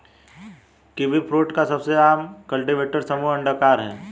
kiwifruit का सबसे आम कल्टीवेटर समूह अंडाकार है